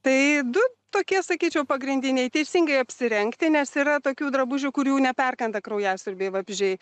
tai du tokie sakyčiau pagrindiniai teisingai apsirengti nes yra tokių drabužių kurių neperkanda kraujasiurbiai vabzdžiai